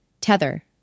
Tether